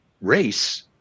race